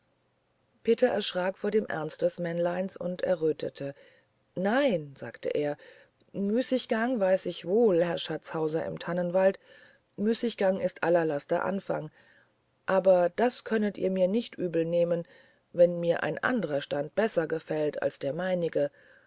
peter erschrak vor dem ernst des männleins und errötete nein sagte er müßiggang weiß ich wohl herr schatzhauser im tannenwald müßiggang ist aller laster anfang aber das könnet ihr mir nicht übelnehmen wenn mir ein anderer stand besser gefällt als der meinige